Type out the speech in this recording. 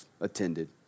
attended